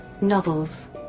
Novels